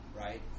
right